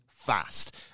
fast